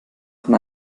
von